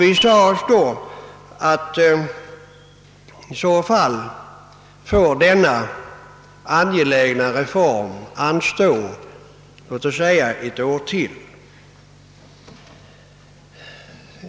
Vi sade oss att i så fall får den angelägna reform det här gäller anstå, låt mig säga ett år till.